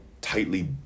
tightly